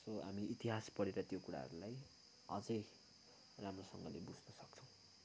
र हामी इतिहास पढेर त्यो कुराहरू है अझै राम्रोसँगले बुझ्न सक्छौँ